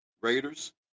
Raiders